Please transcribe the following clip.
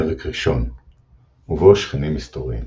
פרק ראשון ובו שכנים מסתוריים